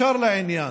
ישר לעניין,